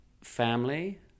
family